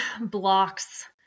blocks